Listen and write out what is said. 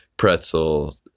pretzel